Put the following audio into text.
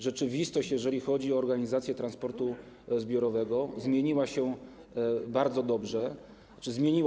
Rzeczywistość, jeżeli chodzi o organizację transportu zbiorowego, zmieniła się bardzo na lepsze.